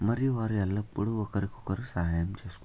మరియు వారు ఎల్లప్పుడూ ఒకరికొకరు సహాయం చేసుకుంటారు